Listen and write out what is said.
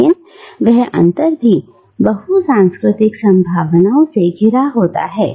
लेकिन वह अंतर भी बहु सांस्कृतिक संभावनाओं से घिरा होता है